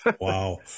Wow